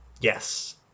Yes